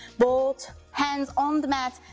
both hands on the mat,